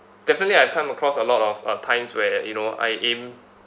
definitely I've come across a lot of uh times where you know I aim